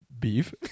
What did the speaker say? Beef